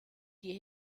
die